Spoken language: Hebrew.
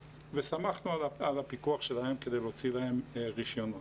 וסמכנו על הפיקוח שלהם כדי להוציא להם רשיונות.